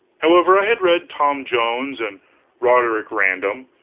however, i had read tom jones, and roderick random,